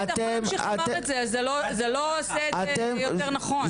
אם תמשיך לומר את זה, זה לא עושה את יותר נכון.